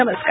नमस्कार